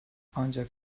ancak